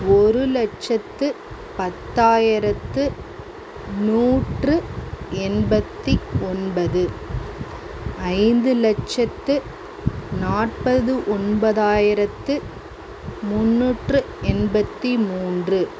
ஒரு லட்சத்து பத்தாயிரத்து நூற்று எண்பத்து ஒன்பது ஐந்து லட்சத்து நாற்பது ஒன்பதாயிரத்து முந்நூற்று எண்பத்து மூன்று